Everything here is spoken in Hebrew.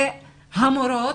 זה המורות,